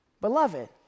Beloved